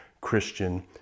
Christian